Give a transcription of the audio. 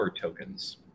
tokens